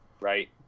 right